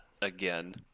again